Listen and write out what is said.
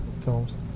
films